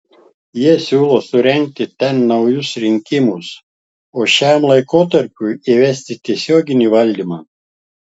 jie siūlo surengti ten naujus rinkimus o šiam laikotarpiui įvesti tiesioginį valdymą